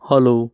hello